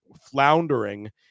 floundering